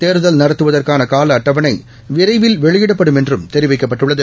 தேர்தல் நடத்துவதற்கான கால அட்டவணை விரைவில் வெளியிடப்படும் என்றும் தெரிவிக்கப்பட்டுள்ளது